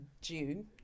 June